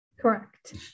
Correct